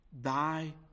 Die